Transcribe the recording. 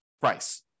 price